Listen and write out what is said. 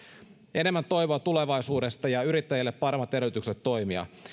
enemmän toivoa tulevaisuudesta ja yrittäjille paremmat edellytykset toimia